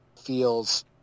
Feels